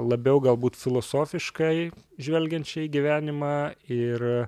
labiau galbūt filosofiškai žvelgiančiai į gyvenimą ir